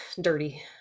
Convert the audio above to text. dirty